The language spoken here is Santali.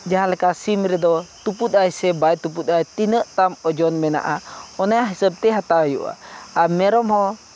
ᱡᱟᱦᱟᱸᱞᱮᱠᱟ ᱥᱤᱢ ᱨᱮᱫᱚ ᱛᱩᱯᱩᱫᱟᱭ ᱥᱮ ᱵᱟᱭ ᱛᱩᱯᱩᱫᱟ ᱛᱤᱱᱟᱹᱜ ᱛᱟᱢ ᱳᱡᱚᱱ ᱢᱮᱱᱟᱜᱼᱟ ᱚᱱᱟ ᱦᱤᱥᱟᱹᱵᱽᱛᱮ ᱦᱟᱛᱟᱣ ᱦᱩᱭᱩᱜᱼᱟ ᱟᱨ ᱢᱮᱨᱚᱢ ᱦᱚᱸ